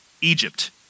Egypt